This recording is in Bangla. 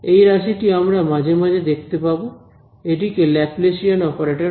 এই রাশিটি আমরা মাঝে মাঝে দেখতে পাবো এটিকে ল্যাপলেসিয়ান অপারেটর বলে